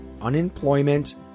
Unemployment